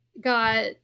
got